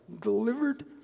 delivered